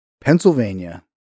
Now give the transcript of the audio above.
Pennsylvania